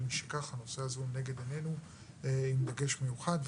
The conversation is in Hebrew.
ומשכך, הנושא הזה הוא לנגד עינינו עם דגש מיוחד.